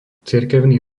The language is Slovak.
cirkevný